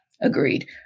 agreed